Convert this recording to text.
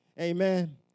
Amen